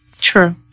True